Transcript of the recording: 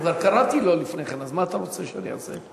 כבר קראתי לו לפני כן, אז מה אתה רוצה שאני אעשה?